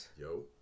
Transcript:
Yo